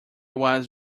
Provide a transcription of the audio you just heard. was